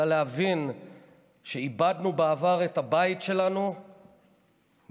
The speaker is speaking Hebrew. אלא להבין שאיבדנו בעבר את הבית שלנו מבפנים.